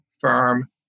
firm